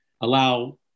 allow